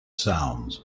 sounds